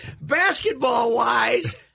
basketball-wise